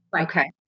Okay